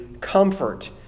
comfort